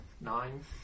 Nine